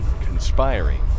conspiring